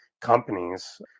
companies